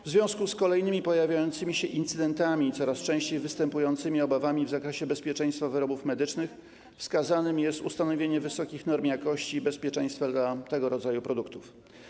W związku z kolejnymi pojawiającymi się incydentami i coraz częściej występującymi obawami w zakresie bezpieczeństwa wyrobów medycznych wskazane jest ustanowienie wysokich norm jakości i bezpieczeństwa dla tego rodzaju produktów.